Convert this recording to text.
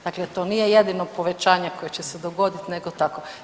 Dakle, to nije jedino povećanje koje će se dogoditi nego tako.